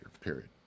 Period